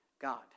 God